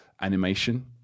animation